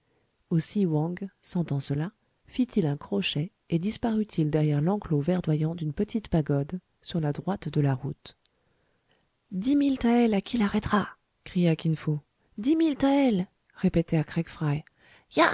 aussi wang sentant cela fit-il un crochet et disparut il derrière l'enclos verdoyant d'une petite pagode sur la droite de la route dix mille taëls à qui l'arrêtera cria kin fo dix mille taëls